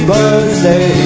Birthday